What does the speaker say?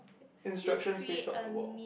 instructions pasted on the wall